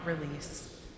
release